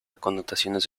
connotaciones